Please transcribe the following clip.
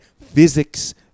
physics